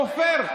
כופר.